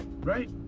right